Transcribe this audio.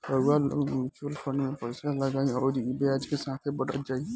रउआ लोग mutual fund मे पइसा लगाई अउरी ई ब्याज के साथे बढ़त जाई